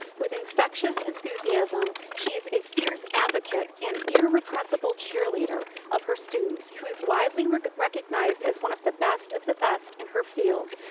with infectious enthusiasm, she is a fierce advocate and irrepressible cheerleader of her students who is widely recognized as one of the best of the best in her field.